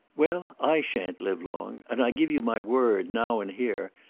well, i shan't live long and i give you my word, now and here,